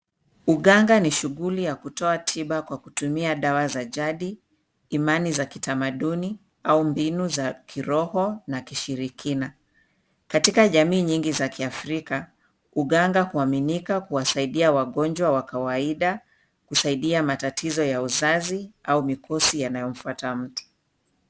Uganga ni shughuli ya kutoa tiba kwa kutumia dawa za jadi, imani za kitamaduni au mbinu za kiroho na kishirikina. Katika jamii nyingi za Kiafrika uganga huaminika kuwasaidia wagonjwa wa kawaida, husaidia matatizo ya uzazi au mikosi inayopata mtu.